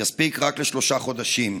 יספיק רק לשלושה חודשים.